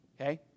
okay